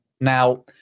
Now